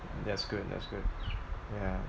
that's good that's good yeah